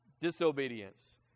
disobedience